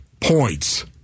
points